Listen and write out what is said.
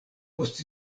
post